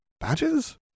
Badges